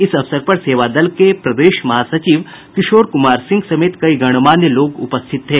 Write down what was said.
इस अवसर पर सेवा दल के प्रदेश महासचिव किशोर कुमार सिंह समेत कई गणमान्य लोग उपस्थित थे